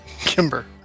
Kimber